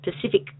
Pacific